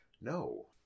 no